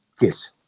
Yes